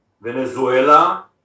Venezuela